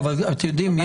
אבל אתם יודעים,